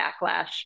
backlash